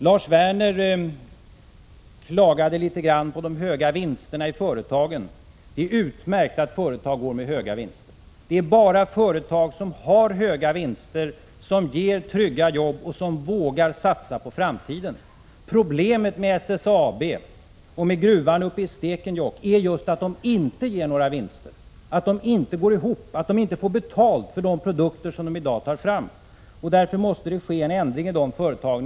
Lars Werner klagade litet grand över de höga vinsterna i företagen. Det är utmärkt att företag går med höga vinster. Det är bara företag som har höga vinster som ger trygga arbeten och som vågar satsa på framtiden. Problemet med SSAB och med gruvan uppe i Stekenjokk är att företaget inte ger några vinster, att verksamheten inte går ihop och att man inte får betalt för de produkter som man i dag tar fram. Därför måste en ändring ske i dessa företag.